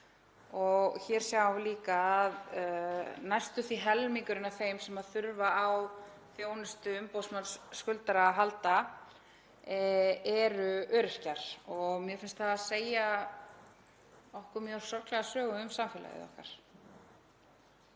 Hér sjáum við líka að næstum því helmingurinn af þeim sem þurfa á þjónustu umboðsmanns skuldara að halda eru öryrkjar. Mér finnst það segja okkur mjög sorglega sögu um samfélagið okkar.